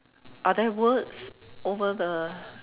are there words over the